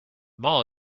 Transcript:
mall